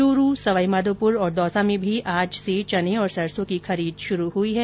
चूरू सवाईमाघोपुर और दौसा में भी आज से चने और सरसो की खरीद शुरू हुई हैं